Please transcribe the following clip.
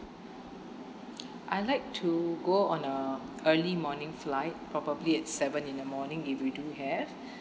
I like to go on a early morning flight probably at seven in the morning if you do have